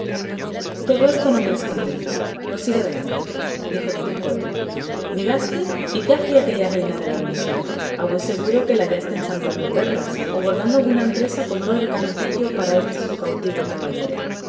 todo eso no me descontenta prosigue adelante dijo don quijotellegaste y qué hacía aquella reina de la hermosura a buen seguro que la hallaste ensartando perlas o bordando alguna empresa con oro de cañutillo para este su cautivo caballero